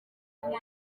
mukuru